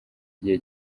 igihe